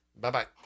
Bye-bye